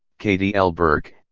katie l. burke,